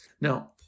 Now